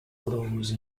close